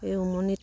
এই উমনিত